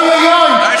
אוי אוי אוי,